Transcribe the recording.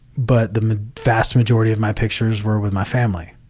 but the vast majority of my pictures were with my family.